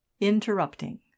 Interrupting